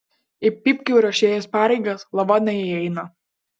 į pypkių ruošėjos pareigas lova neįeina